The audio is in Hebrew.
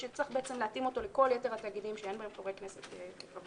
שצריך בעצם להתאים אותו לכל יתר התאגידים שאין בהם חברי כנסת כחברים.